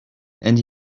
and